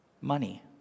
money